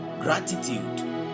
gratitude